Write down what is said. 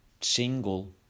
single